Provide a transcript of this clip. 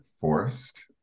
forced